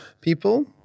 people